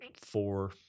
four